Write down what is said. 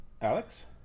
Alex